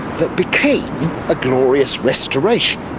that became a glorious restoration.